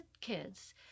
kids